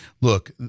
look